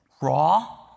raw